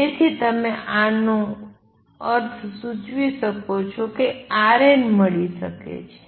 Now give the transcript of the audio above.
તેથી તમે આનો અર્થ સૂચવી શકો છો કે rn મળી શકે છે